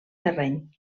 terreny